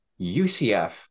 UCF